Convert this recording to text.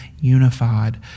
unified